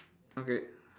okay